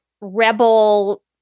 rebel